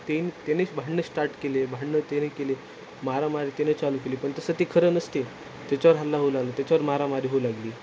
ते त्यानेच भांडणं स्टार्ट केले भांडणं त्याने केले मारामारी त्याने चालू केली पण तसं ते खरं नसते त्याच्यावर हल्ला होऊ लागलं त्याच्यावर मारामारी होऊ लागली